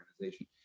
organization